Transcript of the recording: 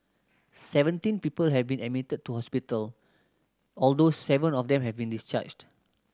seventeen people have been admitted to hospital although seven of them have been discharged